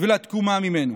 ולתקומה ממנו.